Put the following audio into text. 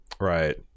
Right